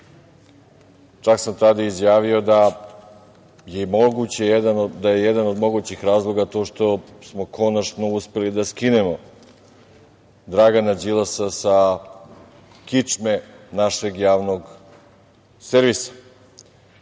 Čak sam tada izjavio da je jedan od mogućih razloga to što smo konačno uspeli da skinemo Dragana Đilasa sa kičme našeg javnog servisa.